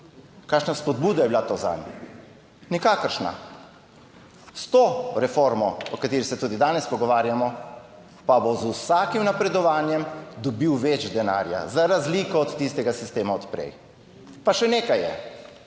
kakšna spodbuda je bila to zanj? Nikakršna. S to reformo, o kateri se tudi danes pogovarjamo, pa bo z vsakim napredovanjem dobil več denarja za razliko od tistega sistema od prej. Pa še nekaj je.